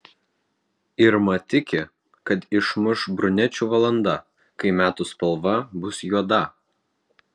irma tiki kad išmuš brunečių valanda kai metų spalva bus juoda